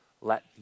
Let